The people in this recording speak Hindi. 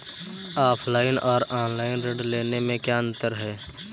ऑफलाइन और ऑनलाइन ऋण लेने में क्या अंतर है?